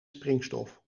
springstof